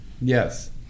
Yes